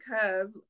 curve